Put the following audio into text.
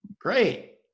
Great